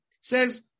says